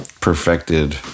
perfected